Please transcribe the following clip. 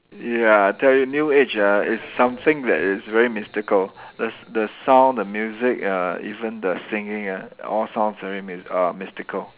ya I tell you new age ah is something that is very mystical the the sound the music uh even the singing ah all sounds very my~ uh mystical